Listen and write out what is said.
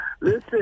Listen